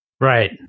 Right